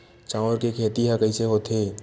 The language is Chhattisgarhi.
चांउर के खेती ह कइसे होथे?